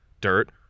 dirt